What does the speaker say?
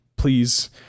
please